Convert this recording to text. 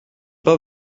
pas